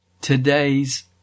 today's